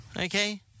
okay